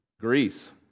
Greece